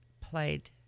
played